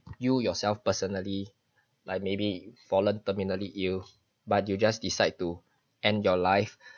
you yourself personally like maybe fallen terminally ill but you just decide to end your life